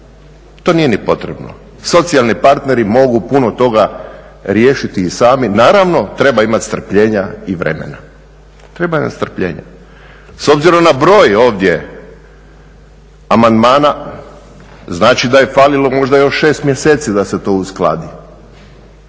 to nije ni potrebno. Socijalni partneri mogu puno toga riješiti i sami. Naravno, treba imati strpljenja i vremena, treba imati strpljenja. S obzirom na broj ovdje amandmana znači da je falilo možda još 6 mjeseci da se to uskladi.